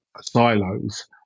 silos